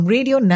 Radio